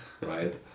right